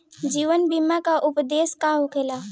जीवन बीमा का उदेस्य का होला?